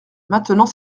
maintenant